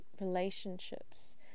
relationships